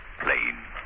plane